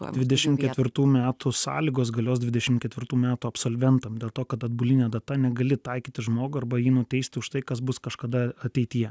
dvidešimt ketvirtų metų sąlygos galios dvidešimt ketvirtų metų absolventam dėl to kad atbuline data negali taikyti žmogui arba jį nuteistų už tai kas bus kažkada ateityje